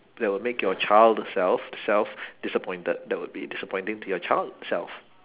that would make your child self self disappointed that would be disappointing to your child self